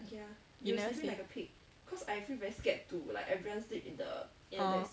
you never sleep oh